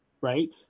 right